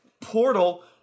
portal